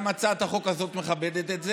גם הצעת החוק הזאת מכבדת את זה,